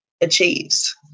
achieves